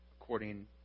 according